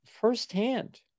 firsthand